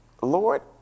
Lord